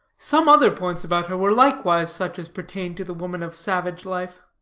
some other points about her were likewise such as pertain to the women of savage life.